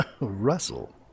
Russell